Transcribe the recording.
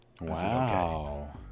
Wow